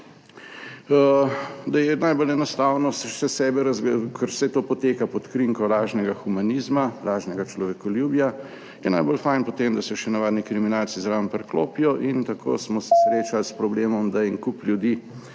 da je najbolj enostavno / nerazumljivo/, ker vse to poteka pod krinko lažnega humanizma, lažnega človekoljubja, je najbolj fajn potem, da se še navadni kriminalci zraven priklopijo in tako smo se srečali / znak za konec